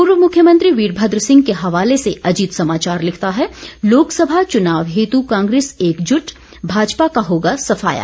पूर्व मुख्यमंत्री वीरभद्र सिंह के हवाले से अजीत समाचार लिखता है लोकसभा चुनाव हेतू कांग्रेस एकजुट भाजपा का होगा सफाया